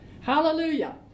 Hallelujah